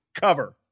cover